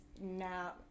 now